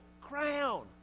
crown